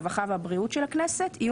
הרווחה והבריאות והרווחהשל הכנסת יהיו